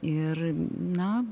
ir na